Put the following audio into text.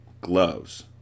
gloves